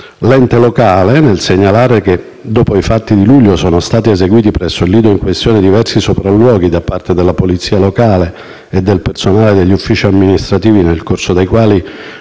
L'ente locale, nel segnalare che, dopo i fatti di luglio, sono stati eseguiti presso il lido in questione diversi sopralluoghi da parte della polizia locale e del personale degli uffici amministrativi, nel corso dei quali